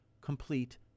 complete